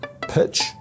pitch